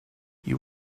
you